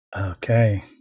Okay